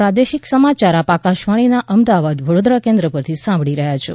આ પ્રાદેશિક સમાચાર આપ આકાશવાણીના અમદાવાદ વડોદરા કેન્દ્ર પરથી સાંભળી રહ્યા છો